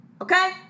Okay